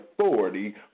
authority